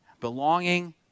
Belonging